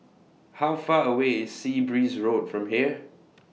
How Far away IS Sea Breeze Road from here